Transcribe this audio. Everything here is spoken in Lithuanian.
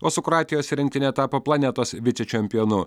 o su kroatijos rinktine tapo planetos vicečempionu